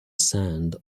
sand